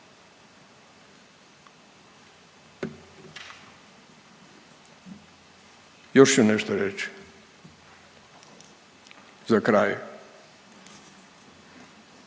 Još ću nešto reći za kraj.